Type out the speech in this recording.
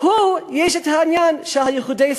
יש את העניין של יחידי סגולה.